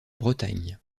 bretagne